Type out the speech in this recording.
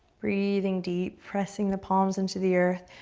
breathing deep, pressing the palms into the earth.